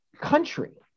country